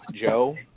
Joe